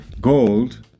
gold